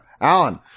Alan